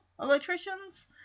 Electricians